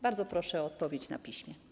Bardzo proszę o odpowiedź na piśmie.